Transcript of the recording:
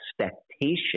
expectation